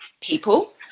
people